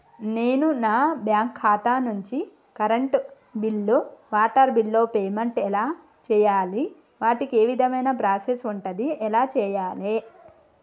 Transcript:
నేను నా బ్యాంకు ఖాతా నుంచి కరెంట్ బిల్లో వాటర్ బిల్లో పేమెంట్ ఎలా చేయాలి? వాటికి ఏ విధమైన ప్రాసెస్ ఉంటది? ఎలా చేయాలే?